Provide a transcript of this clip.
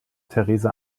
theresa